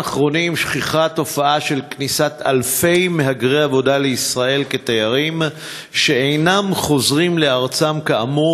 התופעה של כניסת אלפי מהגרי עבודה לישראל כתיירים שאינם חוזרים לארצם,